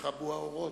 ייכבו האורות.